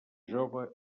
jove